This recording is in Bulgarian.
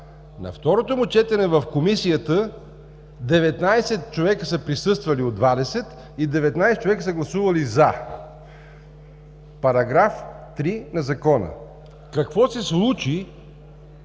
На второто му четене в Комисията 19 човека са присъствали от 20, и 19 човека са гласували „за“ § 3 на Закона. (Реплики.) Какво се случи